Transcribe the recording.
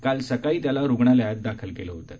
काल सकाळी त्याला रुणालयात दाखल केलं होतं